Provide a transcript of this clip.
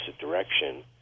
direction